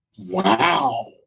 wow